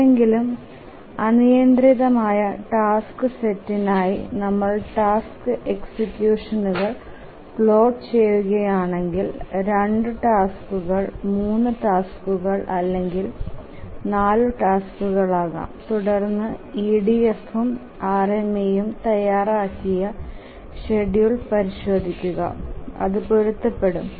ഏതെങ്കിലും അനിയന്ത്രിതമായ ടാസ്ക് സെറ്റിനായി നമ്മൾ ടാസ്ക് എക്സിക്യൂഷനുകൾ പ്ലോട്ട് ചെയ്യുകയാണെങ്കിൽ 2 ടാസ്ക്കുകൾ 3 ടാസ്ക്കുകൾ അല്ലെങ്കിൽ 4 ടാസ്ക്കുകൾ ആകാം തുടർന്ന് EDFഫും RMAയും തയ്യാറാക്കിയ ഷെഡ്യൂൾ പരിശോധിക്കുക അത് പൊരുത്തപ്പെടും